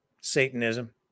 Satanism